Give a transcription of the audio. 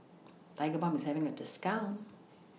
Tigerbalm IS having A discount